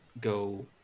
go